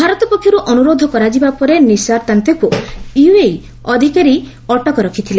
ଭାରତ ପକ୍ଷରୁ ଅନୁରୋଧ କରାଯିବା ପରେ ନିସାର ତାନ୍ତେକୁ ୟୁଏଇ ଅଧିକାରୀ ଅଟକ ରଖିଥିଲେ